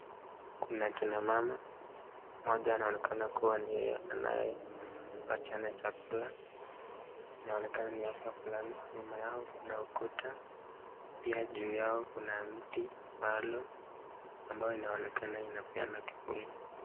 Kuna akina mama mmoja anaonekana kuwa ni yeye anayepatiana chakula inaonekana ni hafla fulani. Nyuma yao kuna ukuta, pia juu ya kuna mti ambayo inaonekana inapeana kivuli.